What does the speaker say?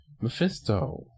Mephisto